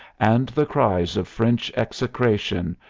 and the cries of french execration,